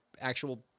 actual